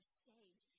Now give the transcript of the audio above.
stage